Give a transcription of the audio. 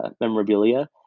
memorabilia